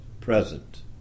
present